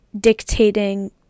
dictating